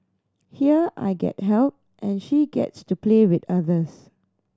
here I get help and she gets to play with others